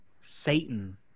satan